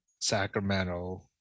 Sacramento